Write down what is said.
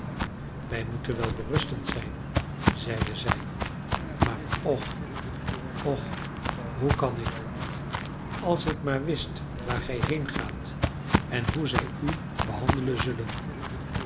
wij moeten wel berustend zijn zeide zij maar och och hoe kan ik als ik maar wist waar gij heengaat en hoe zij u behandelen zullen